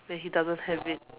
when he doesn't have it